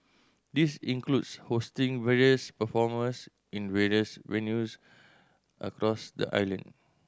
this includes hosting various performers in various venues across the island